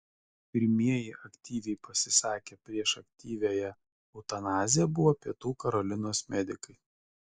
pirmieji aktyviai pasisakę prieš aktyviąją eutanaziją buvo pietų karolinos medikai